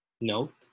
Note